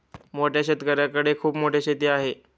मोठ्या शेतकऱ्यांकडे खूप मोठी शेती आहे